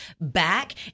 back